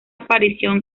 aparición